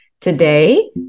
Today